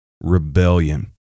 rebellion